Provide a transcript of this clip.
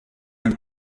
ein